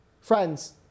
Friends